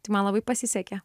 tai man labai pasisekė